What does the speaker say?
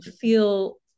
feel